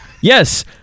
Yes